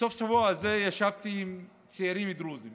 בסוף השבוע הזה ישבתי עם צעירים דרוזים